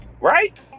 Right